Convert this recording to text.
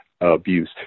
abuse